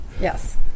Yes